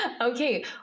Okay